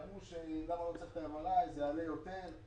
אמרו למה צריך את ה-MRI, זה יעלה יותר.